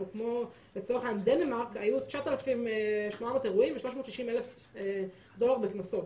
כמו לדוגמה דנמרק היו 9,800 אירועים ו-390,000 דולר בקנסות.